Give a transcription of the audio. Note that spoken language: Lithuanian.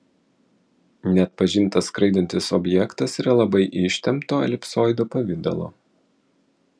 neatpažintas skraidantis objektas yra labai ištempto elipsoido pavidalo